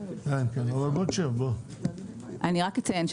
אני רק אציין,